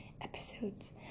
episodes